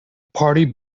party